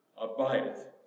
abideth